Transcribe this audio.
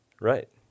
right